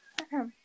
okay